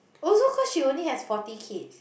also cause she only has forty kids